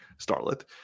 starlet